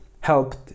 helped